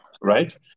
right